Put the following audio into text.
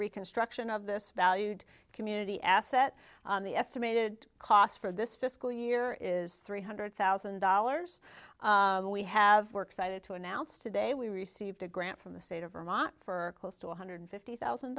reconstruction of this valued community asset the estimated cost for this fiscal year is three hundred thousand dollars we have work cited to announce today we received a grant from the state of vermont for close to one hundred fifty thousand